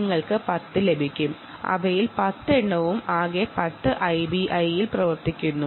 നിങ്ങൾക്ക് 10 ലഭിക്കും